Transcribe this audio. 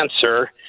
cancer